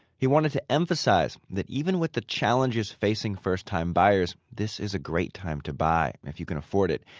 he wanted to emphasize that even with the challenges facing first-time buyers, this is a great time to buy, if you can afford it.